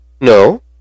no